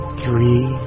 Three